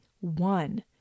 one